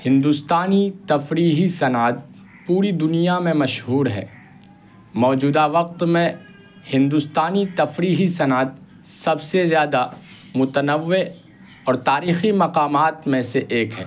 ہندوستانی تفریحی صنعت پوری دنیا میں مشہور ہے موجودہ وقت میں ہندوستانی تفریحی صنعت سب سے زیادہ متنوع اور تاریخی مقامات میں سے ایک ہے